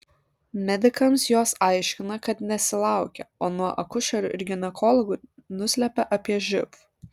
medikams jos aiškina kad nesilaukia o nuo akušerių ir ginekologų nuslepia apie živ